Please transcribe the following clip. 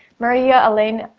maria elaine,